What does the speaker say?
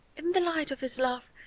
in the light of his love,